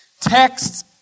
texts